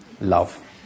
love